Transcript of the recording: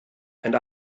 and